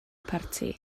parti